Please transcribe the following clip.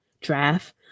draft